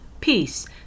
peace